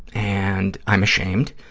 and i'm ashamed,